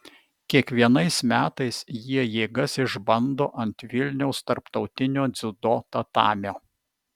kiekvienais metais jie jėgas išbando ant vilniaus tarptautinio dziudo tatamio